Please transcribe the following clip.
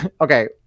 okay